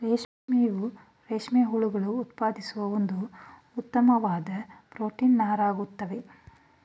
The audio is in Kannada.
ರೇಷ್ಮೆಯು ರೇಷ್ಮೆ ಹುಳುಗಳು ಉತ್ಪಾದಿಸುವ ಒಂದು ಉತ್ತಮ್ವಾದ್ ಪ್ರೊಟೀನ್ ನಾರಾಗಯ್ತೆ